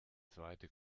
zweite